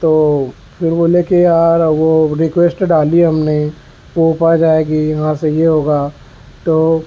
تو پھر بولے کہ یار وہ ریکویسٹ ڈالی ہے ہم نے اوپر جائے گی یہاں سے یہ ہوگا تو